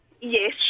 Yes